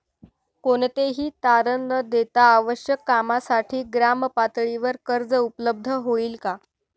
कोणतेही तारण न देता आवश्यक कामासाठी ग्रामपातळीवर कर्ज उपलब्ध होईल का?